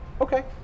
Okay